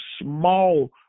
small